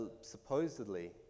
supposedly